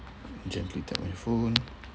gently tap my phone